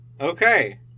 Okay